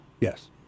Yes